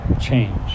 Change